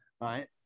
Right